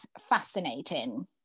fascinating